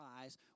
eyes